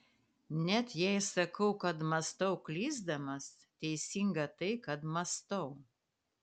net jei sakau kad mąstau klysdamas teisinga tai kad mąstau